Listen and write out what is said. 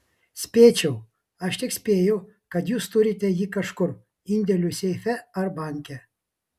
spėčiau aš tik spėju kad jūs turite jį kažkur indėlių seife ar banke